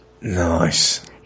Nice